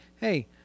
hey